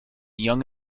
young